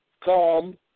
come